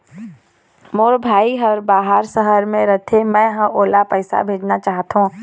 मोर भाई हर बाहर शहर में रथे, मै ह ओला पैसा भेजना चाहथों